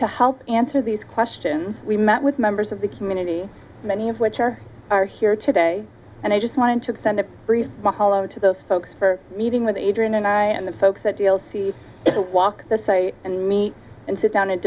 to help answer these questions we met with members of the community many of which are are here today and i just wanted to send a brief mahalo to those folks for meeting with adrian and i and the folks at t l c if you walk the site and meet and sit down and